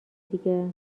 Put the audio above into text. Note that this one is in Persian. دیگه